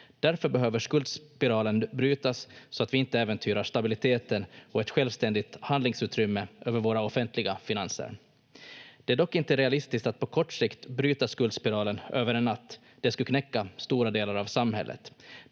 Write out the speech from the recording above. Därför behöver skuldspiralen brytas så att vi inte äventyrar stabiliteten och ett självständigt handlingsutrymme över våra offentliga finanser. Det är dock inte realistiskt att på kort sikt bryta skuldspiralen över en natt. Det skulle knäcka stora delar av samhället.